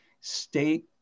state